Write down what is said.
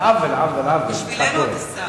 עוול, עוול, יצחק כהן.